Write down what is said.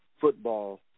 football